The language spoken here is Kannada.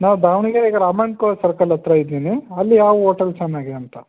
ನಾವು ದಾವಣ್ಗೆರೆಗೆ ರಾಮ್ ಅನ್ ಕೋ ಸರ್ಕಲ್ ಹತ್ತಿರ ಇದ್ದೀನಿ ಅಲ್ಲಿ ಯಾವ ಓಟಲ್ ಚೆನ್ನಾಗಿ ಅಂತ